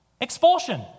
Expulsion